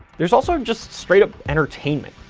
there's also just straight-up entertainment.